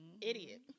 idiot